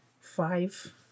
Five